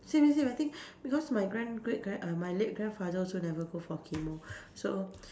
same same I think because my grand great gra~ err my late grandfather also never go for chemo so